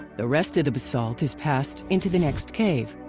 the rest of the basalt is passed into the next cave.